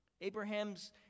Abraham's